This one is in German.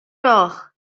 doch